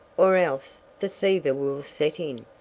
or else the fever will set in,